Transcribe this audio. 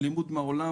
למידה מהעולם